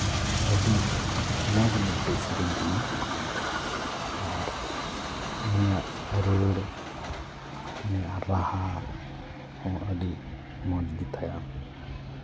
ᱟᱹᱰᱤ ᱢᱚᱡᱽ ᱢᱤᱫᱴᱤᱡ ᱥᱮᱹᱨᱮᱹᱧ ᱠᱟᱱᱟ ᱟᱨ ᱩᱱᱤᱭᱟᱜ ᱨᱟᱹᱲ ᱩᱱᱤᱭᱟᱜ ᱨᱟᱦᱟ ᱦᱚᱸ ᱟᱹᱰᱤ ᱢᱚᱡᱽ ᱜᱮᱛᱟᱭᱟ